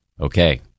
Okay